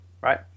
right